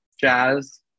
Jazz